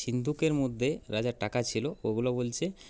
সিন্ধুকের মধ্যে রাজার টাকা ছিল ওগুলো বলছে